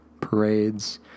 parades